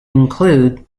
include